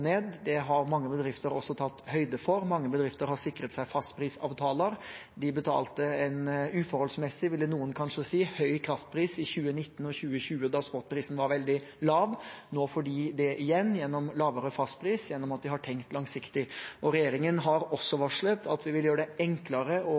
ned. Det har mange bedrifter også tatt høyde for. Mange bedrifter har sikret seg fastprisavtaler. De betalte en – uforholdsmessig, ville noen kanskje si – høy kraftpris i 2019 og 2020, da spotprisen var veldig lav. Nå får de det igjen gjennom lavere fastpris gjennom at de har tenkt langsiktig. Regjeringen har også